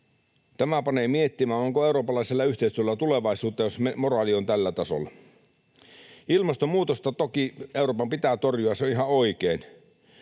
Tämä panee miettimään, onko eurooppalaisella yhteistyöllä tulevaisuutta, jos moraali on tällä tasolla. Ilmastonmuutosta toki Euroopan pitää torjua, se on ihan oikein,